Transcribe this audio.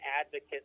advocate